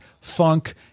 funk